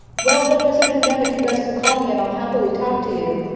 well, when there's a pandemic, you guys can call me and i'll happily talk to you.